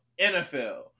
NFL